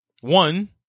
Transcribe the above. one